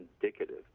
indicative